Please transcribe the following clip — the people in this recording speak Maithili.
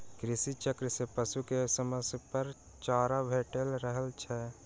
कृषि चक्र सॅ पशु के समयपर चारा भेटैत रहैत छै